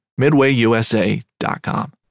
midwayusa.com